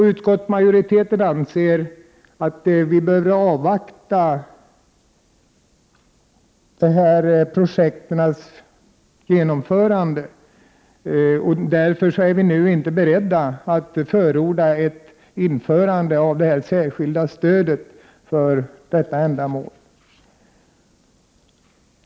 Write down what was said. Utskottsmajoriteten anser att det är nödvändigt att avvakta dessa projekts genomförande, och därför är vi nu inte beredda att förorda ett införande av det särskilda stödet till detta ändamål.